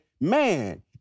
Man